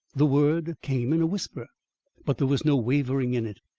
the word came in a whisper but there was no wavering in it.